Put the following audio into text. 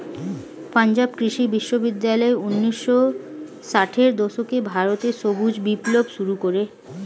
পাঞ্জাব কৃষি বিশ্ববিদ্যালয় ঊন্নিশো ষাটের দশকে ভারতে সবুজ বিপ্লব শুরু করে